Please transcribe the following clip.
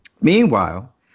Meanwhile